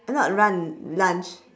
eh not run lunch